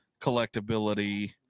collectability